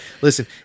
Listen